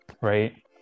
right